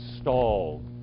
stalled